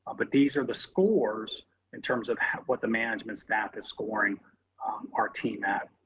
but these are the scores in terms of what the management staff is scoring our team at.